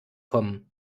kommen